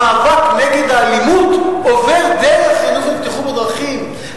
המאבק נגד האלימות עובר דרך החינוך לבטיחות בדרכים,